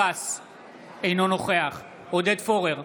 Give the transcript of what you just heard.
אינו נוכח עודד פורר,